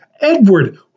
Edward